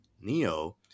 Neo